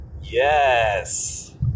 Yes